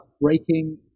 breaking